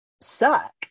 Suck